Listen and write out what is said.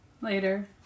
Later